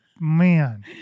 Man